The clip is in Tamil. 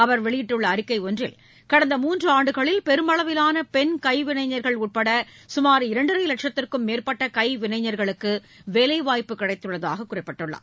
அவர் வெளியிட்டுள்ள அறிக்கை ஒன்றில் கடந்த மூன்றாண்டுகளில் பெருமளவிலான பெண் கைவினைஞா்கள் உட்பட சுமார் இரண்டரை லட்சத்திற்கும் மேற்பட்ட கைவினைஞா்களுக்கு வேலைவாய்ப்பு கிடைத்துள்ளதாக குறிப்பிட்டுள்ளார்